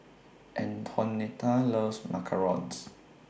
Antonetta loves Macarons